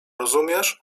rozumiesz